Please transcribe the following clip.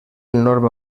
enorme